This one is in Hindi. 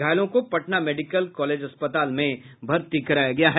घायलों को पटना मेडिकल कॉलेज अस्पताल में भर्ती कराया गया है